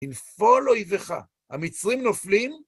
בנפול אויבך! המצרים נופלים?